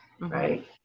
right